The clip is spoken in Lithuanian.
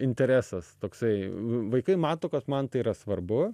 interesas toksai vaikai mato kad man tai yra svarbu